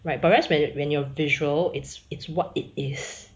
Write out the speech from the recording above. right but whereas it when your visual it's it's what it is